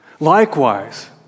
Likewise